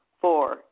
Four